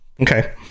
Okay